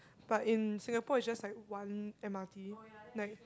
but in Singapore it's just like one M_R_T like